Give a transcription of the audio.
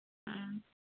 ꯎꯝ